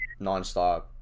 nonstop